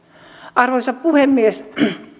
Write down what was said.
arvoisa puhemies